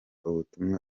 ubutumwa